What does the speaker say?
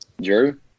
Drew